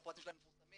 הפרטים שלהם מפורסמים